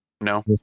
No